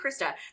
Krista